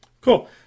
Cool